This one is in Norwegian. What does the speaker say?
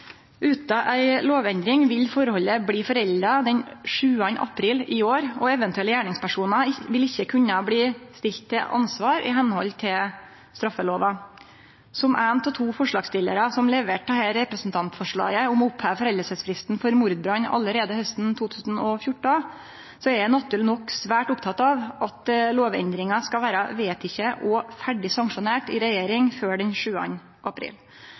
Utan ei lovendring vil forholdet bli forelda den 7. april i år, og eventuelle gjerningspersonar vil ikkje kunne stillast til ansvar i samsvar med straffelova. Som éin av to forslagsstillarar som leverte dette representantforslaget om å oppheve foreldingsfristen for mordbrann allereie hausten 2014, er eg naturleg nok svært oppteken av at lovendringa skal vere vedteken og ferdig sanksjonert i regjering før den 7. april.